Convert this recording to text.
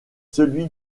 celui